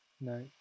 No